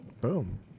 boom